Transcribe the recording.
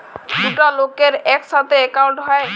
দুটা লকের ইকসাথে একাউল্ট হ্যয়